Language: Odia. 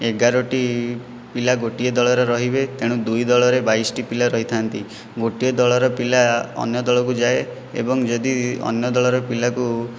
ଏଗାରଟି ପିଲା ଗୋଟିଏ ଦଳରେ ରହିବେ ତେଣୁ ଦୁଇ ଦଳରେ ବାଇଶଟି ପିଲା ରହିଥାନ୍ତି ଗୋଟିଏ ଦଳର ପିଲା ଅନ୍ୟ ଦଳକୁ ଯାଏ ଏବଂ ଯଦି ଅନ୍ୟ ଦଳର ପିଲାକୁ